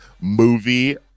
movie